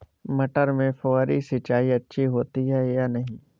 मटर में फुहरी सिंचाई अच्छी होती है या नहीं?